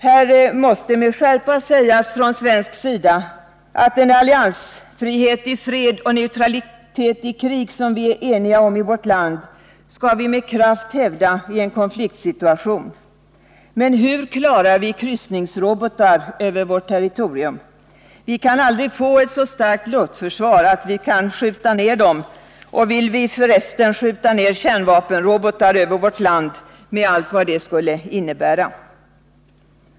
Här måste med skärpa sägas från svensk sida att den alliansfrihet i fred och den neutralitet i krig som vi är eniga om i vårt land skall vi med kraft hävda i en konfliktsituation. Men hur klarar vi kryssningsrobotar över vårt territorium? Vi kan aldrig få ett så starkt luftförsvar att vi kan skjuta ned dem. Och vill vi förresten skjuta ned kärnkraftsrobotar över vårt land, med allt vad det skulle innebära?